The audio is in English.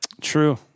True